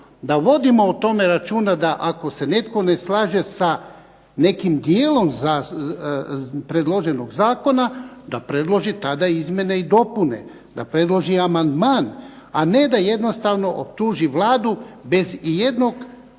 da vodimo o tome računa da ako se netko ne slaže sa nekim dijelom predloženog zakona, da predloži tada izmjene i dopune. Da predloži amandman, a ne da jednostavno optuži Vladu bez ijednog